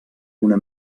una